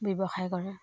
ব্যৱসায় কৰে